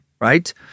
right